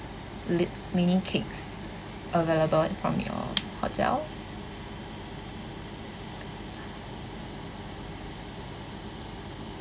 lit~ mini cakes available from your hotel